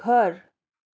घर